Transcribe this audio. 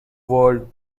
world